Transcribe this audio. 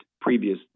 previous